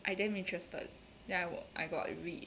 I damn interested then I wa~ I got read